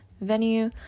venue